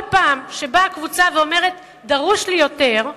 פעם שבאה קבוצה ואומרת: דרוש לי יותר,